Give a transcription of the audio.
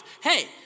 hey